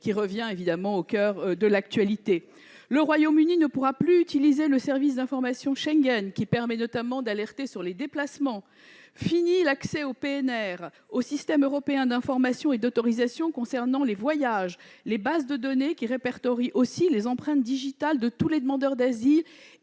qui revient au coeur de l'actualité. Le Royaume-Uni ne pourra plus utiliser le système d'information Schengen, qui permet notamment d'alerter sur les déplacements. Fini également l'accès au PNR, au système européen d'information et d'autorisation concernant les voyages ou à la base de données qui répertorie les empreintes digitales de tous les demandeurs d'asile